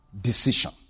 decision